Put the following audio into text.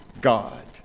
God